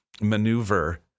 maneuver